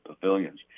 pavilions